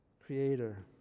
creator